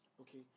okay